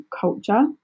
culture